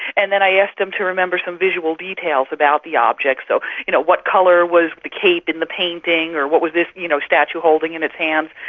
and then i asked them to remember some visual details about the objects. so you know what colour was the cape in the painting or what was this you know statue holding in its hand,